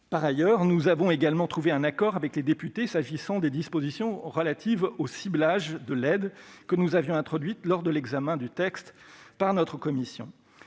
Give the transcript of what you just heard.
Par ailleurs, nous avons également trouvé un accord avec les députés s'agissant des dispositions relatives au ciblage de l'aide, que nous avions introduites lors de l'examen du texte par notre commission.